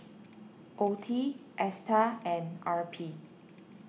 Oeti Astar and R P